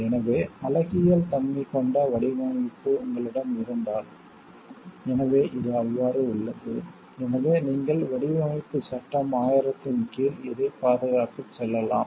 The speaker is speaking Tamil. எனவே அழகியல் தன்மை கொண்ட வடிவமைப்பு உங்களிடம் இருந்தால் எனவே இது அவ்வாறு உள்ளது எனவே நீங்கள் வடிவமைப்புச் சட்டம் 1000 இன் கீழ் இதைப் பாதுகாக்க செல்லலாம்